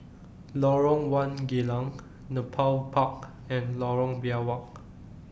Lorong one Geylang Nepal Park and Lorong Biawak